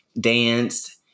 danced